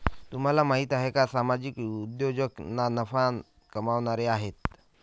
तुम्हाला माहिती आहे का सामाजिक उद्योजक हे ना नफा कमावणारे आहेत